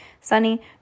sunny